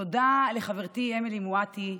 תודה לחברתי אמילי מואטי,